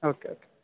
okay okay